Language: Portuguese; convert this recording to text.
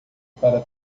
para